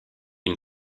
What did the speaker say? une